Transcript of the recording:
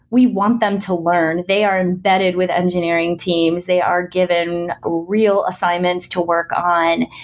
we want them to learn. they are embedded with engineering teams. they are given real assignments to work on.